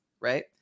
Right